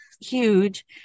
huge